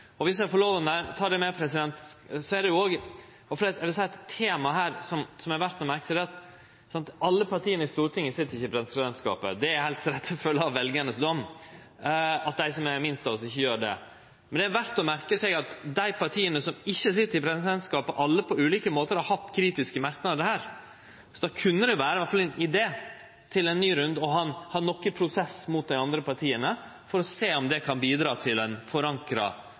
seg. Viss eg får lov å ta det med, er det òg eit tema her som er verdt å merke seg og det er at alle partia i Stortinget sit ikkje i presidentskapet. Det er rett og slett som følgje av dommen frå veljarane – at dei som er minst av oss, ikkje gjer det. Men det er verdt å merke seg at dei partia som ikkje sit i presidentskapet, alle på ulike måtar har hatt kritiske merknadar. Då kunne det iallfall vere ein idé til ein ny runde å ha noko prosess mot dei andre partia for å sjå om det kan bidra til ei forankra